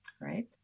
Right